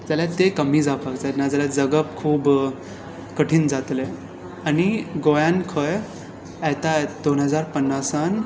जाल्यार ते कमी जावपाक जाय ना जाल्यार जगप खूब कठीण जातलें आनी गोंयांत खंय दोन हजार पन्नासांत